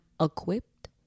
equipped